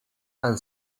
and